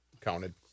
counted